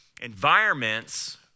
environments